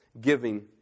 Giving